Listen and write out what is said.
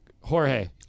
Jorge